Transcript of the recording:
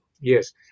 Yes